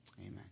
Amen